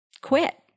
quit